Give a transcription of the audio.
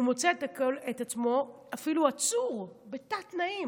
הוא מוצא את עצמו אפילו עצור בתת-תנאים.